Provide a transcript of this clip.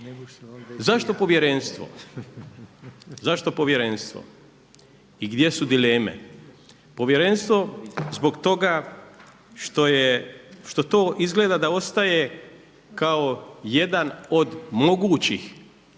tu instituciju. Zašto povjerenstvo i gdje su dileme? Povjerenstvo zbog toga što je, što to izgleda da ostaje kao jedan od mogućih